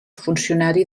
funcionari